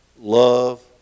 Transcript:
love